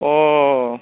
अ